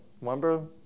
remember